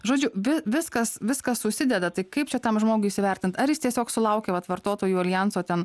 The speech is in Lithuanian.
žodžiu vis viskas viskas susideda tai kaip čia tam žmogui įsivertint ar jis tiesiog sulaukė vat vartotojų aljanso ten